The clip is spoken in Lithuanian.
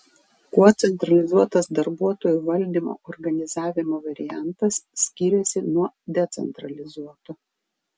kuo centralizuotas darbuotojų valdymo organizavimo variantas skiriasi nuo decentralizuoto